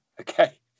Okay